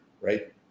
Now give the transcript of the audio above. right